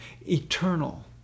Eternal